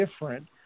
different